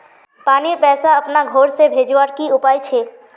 पानीर पैसा अपना घोर से भेजवार की उपाय छे?